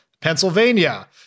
Pennsylvania